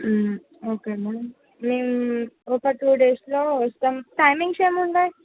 okay ma'am మేము ఒక two డేస్లో వస్తాము టైమింగ్స్ ఏమున్నాయి